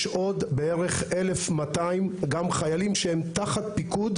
עוד בערך 1,200 גם חיילים שהם תחת פיקוד